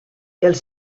els